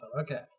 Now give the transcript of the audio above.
Okay